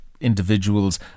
individuals